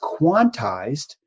quantized